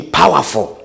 powerful